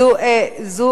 איזה פטרוניזם?